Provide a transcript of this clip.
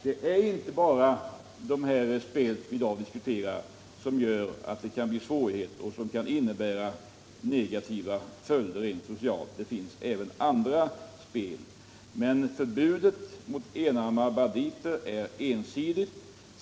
Det är inte bara det spel vi i dag diskuterar som kan vålla svårigheter och innebära negativa följder rent socialt. Det gäller även andra spel. Men förbudet mot enarmade banditer är ensidigt.